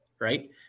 Right